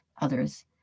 others